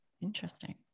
Interesting